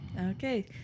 Okay